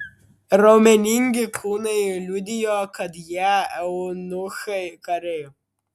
raumeningi kūnai liudijo kad jie eunuchai kariai